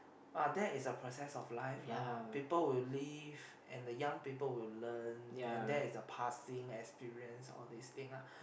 uh that is a process of life lah people will leave and the young people will learn then that is the passing experience all this thing lah